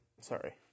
sorry